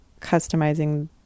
customizing